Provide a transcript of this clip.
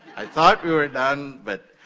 i thought we were done. but